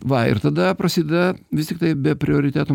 va ir tada prasideda vis tiktai be prioritetų